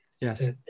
Yes